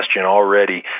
already